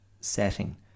setting